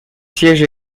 sièges